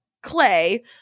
Clay